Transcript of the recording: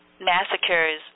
massacres